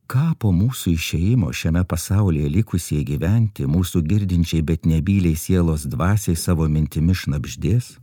kapo mūsų išėjimo šiame pasaulyje likusieji gyventi mūsų girdinčiai bet nebyliai sielos dvasiai savo mintimis šnabždės